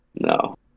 No